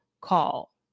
call